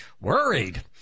worried